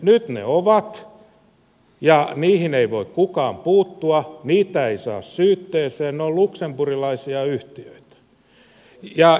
nyt ne ovat ja niihin ei voi kukaan puuttua niitä ei saa syytteeseen ne ovat luxemburgilaisia yhtiöitä